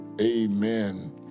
Amen